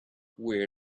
where